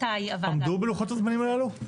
עמדו בלוחות הזמנים הללו?